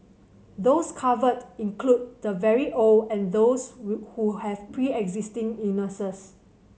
those covered include the very old and those who have preexisting illnesses